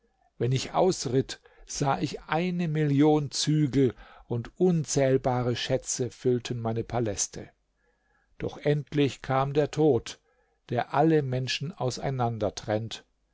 wenn ich ausritt sah ich eine million zügel und unzählbare schätze füllten meine paläste doch endlich kam der tod der alle menschen auseinander trennt